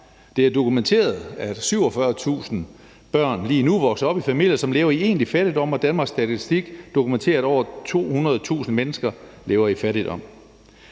Det er dokumenteret, at 47.000 børn lige nu vokser op i familier, som lever i egentlig fattigdom, og Danmarks Statistik har dokumenteret, at over 200.000 mennesker lever i fattigdom.